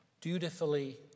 dutifully